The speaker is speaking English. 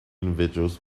individuals